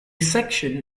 section